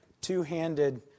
two-handed